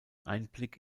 einblick